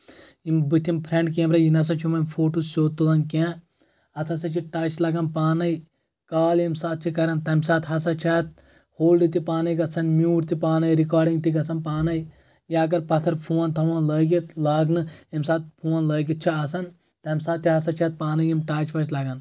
یِم بٕتھِم front camera یِم نسا چھِنہٕ وۄنۍ فوٹو سیٚود تُلان کینٛہہ اتھ ہسا چھِ ٹچ لگان پانٕے کال ییٚمہِ ساتہٕ چھِ کران تمہِ ساتہٕ ہسا چھِ اتھ ہولڈٕ تہِ پانے گژھان میوٗٹ تہِ پانے رِکاڈِنٛگ تہِ گژھان پانٕے یا اگر پتھر فون تھاوان لٲگِتھ لاگنہٕ ییٚمہِ ساتہٕ فون لٲگِتھ چھِ آسان تمہِ ساتہٕ تہِ ہسا چھِ اتھ پانے یِم ٹچ وچ لگان